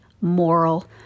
moral